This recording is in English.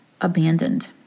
abandoned